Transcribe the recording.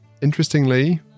Interestingly